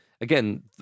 Again